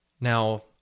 Now